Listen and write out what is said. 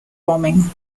bombing